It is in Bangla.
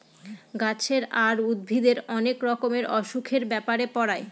গাছের আর উদ্ভিদের অনেক রকমের অসুখের ব্যাপারে পড়ায়